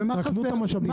רק תנו את המשאבים.